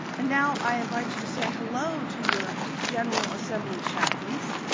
and now i invite you to say hello to your general assembly chaplains